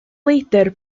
leidr